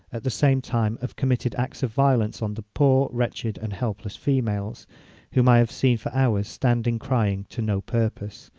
at the same time have committed acts of violence on the poor, wretched, and helpless females whom i have seen for hours stand and crying to no purpose,